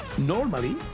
Normally